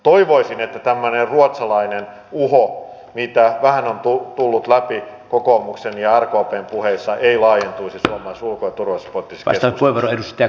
toivoisin että tämmöinen ruotsalainen uho mitä vähän on tullut läpi kokoomuksen ja rkpn puheissa ei laajentuisi suomalaisessa ulko ja turvallisuuspoliittisessa keskustelussa